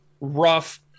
rough